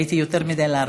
הייתי יותר מדי לארג'ית.